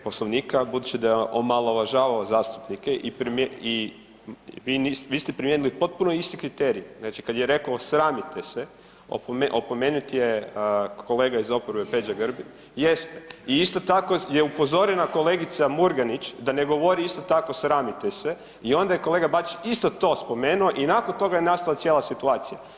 Poslovnika budući da je omalovažavao zastupnike i vi ste primijenili potpuno isti kriterij, znači kad je rekao sramite se, opomenut je kolega iz oporbe Peđa Grbin … [[Upadica: Ne razumije se.]] jeste i isto tako je upozorena kolegica Murganić da ne govori isto tako sramite se i onda je kolega Bačić isto to spomenuo i nakon toga je nastala cijela situacija.